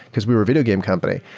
because we were a video game company.